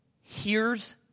hears